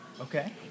Okay